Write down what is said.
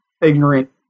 ignorant